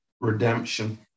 redemption